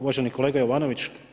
Uvaženi kolega Jovanović.